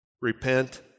repent